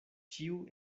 ĉiu